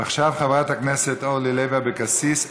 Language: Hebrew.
ועכשיו חברת הכנסת אורלי לוי אבקסיס.